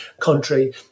country